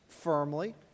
firmly